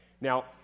Now